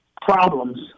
problems